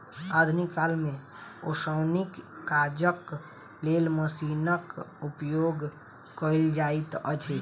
आधुनिक काल मे ओसौनीक काजक लेल मशीनक उपयोग कयल जाइत अछि